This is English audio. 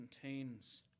contains